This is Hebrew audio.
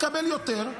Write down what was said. תקבל יותר,